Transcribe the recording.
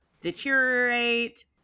deteriorate